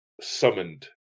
summoned